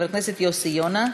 חבר הכנסת יוסי יונה,